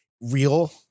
real